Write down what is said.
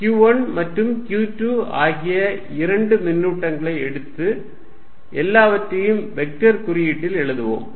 q1 மற்றும் q2 ஆகிய இரண்டு மின்னூட்டங்களை எடுத்து எல்லாவற்றையும் வெக்டர் குறியீட்டில் எழுதுவோம்